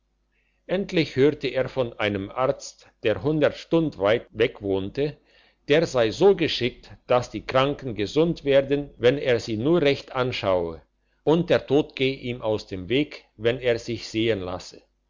endlich hörte er von einem arzt der hundert stunden weit weg wohnte der sei so geschickt daß die kranken gesund würden wenn er sie nur redet anschaue und der tod geh ihm aus dem wege wo er sich sehen lasse